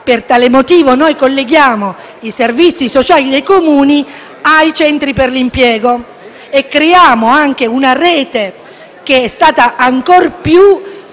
Per tale motivo, noi colleghiamo i servizi sociali dei Comuni ai centri per l'impiego e creiamo anche una rete, che è stata ancor più